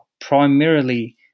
primarily